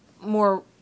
more